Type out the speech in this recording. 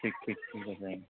ଠିକ୍ ଠିକ୍